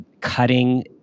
cutting